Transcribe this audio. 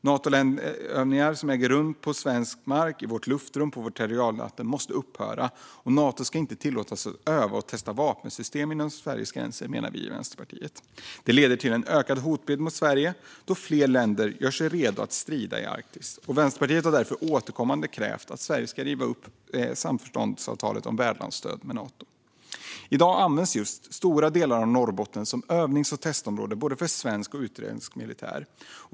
Natoövningar som äger rum på svensk mark, i vårt luftrum och på vårt territorialvatten måste upphöra, och vi i Vänsterpartiet menar att Nato inte ska tillåtas öva eller testa vapensystem inom Sveriges gränser. Det leder till en ökad hotbild mot Sverige då fler länder gör sig redo att strida i Arktis. Vänsterpartiet har därför återkommande krävt att Sverige ska riva upp samförståndsavtalet om värdlandsstöd med Nato. I dag används just stora delar av Norrbotten som övnings och testområde, både för svensk och för utländsk militär.